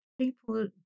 people